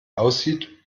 aussieht